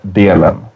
delen